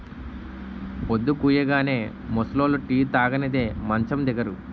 పొద్దుకూయగానే ముసలోళ్లు టీ తాగనిదే మంచం దిగరు